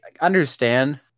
understand